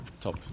top